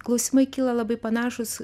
klausimai kyla labai panašūs